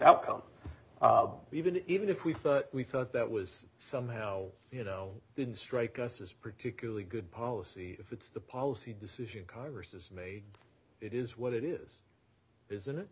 outcome even even if we thought we thought that was somehow you know didn't strike us as particularly good policy if it's the policy decision congress has made it is what it is isn't it